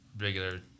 regular